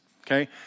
okay